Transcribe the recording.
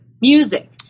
music